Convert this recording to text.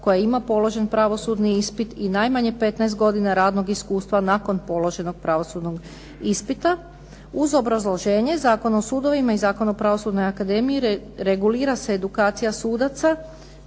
koja ima položen pravosudni ispit i najmanje 15 godina radnog iskustva nakon položenog pravosudnog ispita". Uz obrazloženje Zakon o sudovima i Zakon o pravosudnoj akademiji, regulira se edukacija sudaca